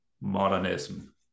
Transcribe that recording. modernism